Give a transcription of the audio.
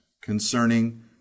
concerning